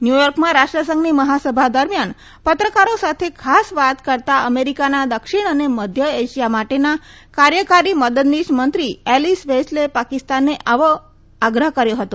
ન્યુયોર્કમાં રાષ્ટ્રસંઘની મહાસભા દરમ્યાન પત્રકારો સાથે ખાસ વાત કરતાં અમેરીકાના દક્ષિણ અને મધ્ય એશિયા માટેના કાર્યકારી મદદનીશ મંત્રી એલીસ વેલ્સે પાકિસ્તાનને આવો આગ્રહ કર્યો હતો